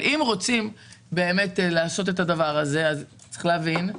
אבל אם רוצים לעשות את זה אז צריך להבין,